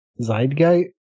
Zeitgeist